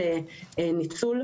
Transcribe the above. של ניצול,